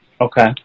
Okay